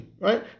Right